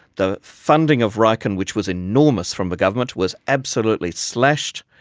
the funding of riken, which was enormous from the government, was absolutely slashed.